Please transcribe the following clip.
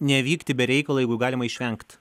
nevykti be reikalo jeigu galima išvengt